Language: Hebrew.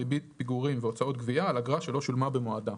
ריבית פיגורים והוצאות גביה על אגרה שלא שולמה במועדה.";"